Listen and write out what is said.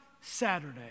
Saturday